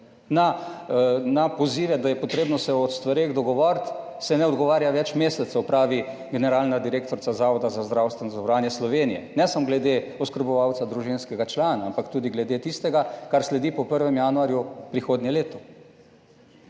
Na pozive, da je potrebno se o stvareh dogovoriti, se ne odgovarja več mesecev, pravi generalna direktorica Zavoda za zdravstveno zavarovanje Slovenije. Ne samo glede oskrbovalca družinskega člana, ampak tudi glede tistega, kar sledi po 1. januarju prihodnje leto.